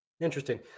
Interesting